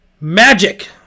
Magic